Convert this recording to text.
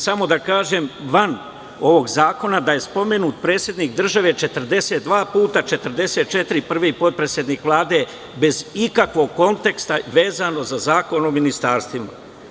Samo da kažem, van ovog zakona je spomenut predsednik države 42 puta, 44 puta prvi potpredsednik Vlade bez ikakvog konteksta vezano za Zakon o ministarstvima.